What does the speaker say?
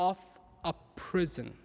of a prison